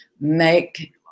make